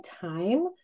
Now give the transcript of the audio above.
time